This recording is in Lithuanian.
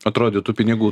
atrodytų pinigų